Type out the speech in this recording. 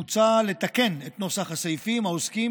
מוצע לתקן את נוסח הסעיפים העוסקים